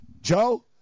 Joe